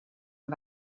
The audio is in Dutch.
een